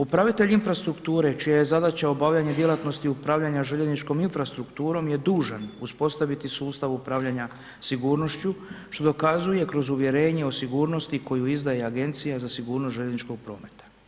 Upravitelj infrastrukture čija je zadaća obavljanja djelatnosti upravljanja željezničkom infrastrukturom je dužan uspostaviti sustav upravljanja sigurnošću što dokazuje kroz uvjerenje o sigurnosti koju izdaje Agencija za sigurnost željezničkog prometa.